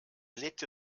legte